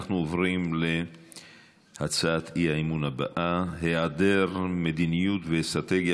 אנחנו עוברים להצעת האי-אמון הבאה: היעדר מדיניות ואסטרטגיה